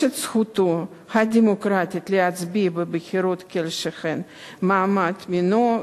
את זכותו הדמוקרטית להצביע בבחירות כלשהן מחמת מינו,